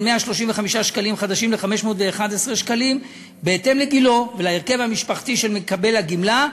135 ש"ח ל-511 ש"ח בהתאם לגיל ולהרכב המשפחתי של מקבל הגמלה,